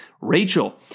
Rachel